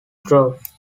troughs